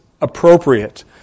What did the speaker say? appropriate